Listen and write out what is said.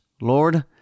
Lord